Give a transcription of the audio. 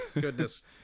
goodness